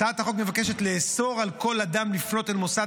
הצעת החוק מבקשת לאסור על כל אדם לפנות אל מוסד